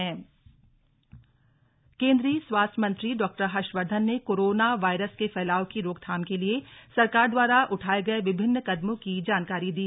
corona virus केन्द्रीय स्वास्थ्य मंत्री हर्षवर्धन ने कोरोना वायरस के फैलाव की रोकथाम के लिए सरकार द्वारा उठाये गये विभिन्न कदमों की जानकारी दी